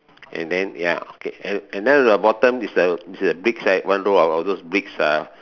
and then ya okay and and then the bottom is the is the bricks right one row of all those bricks uh